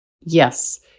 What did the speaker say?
Yes